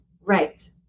right